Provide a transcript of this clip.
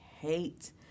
hate